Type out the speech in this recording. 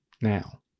now